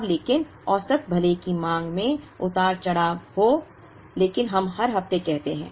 अब लेकिन औसत भले ही मांग में उतार चढ़ाव हो लेकिन हम हर हफ्ते कहते हैं